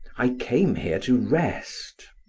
i came here to rest.